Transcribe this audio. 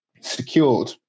secured